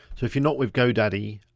so if you're not with godaddy,